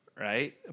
Right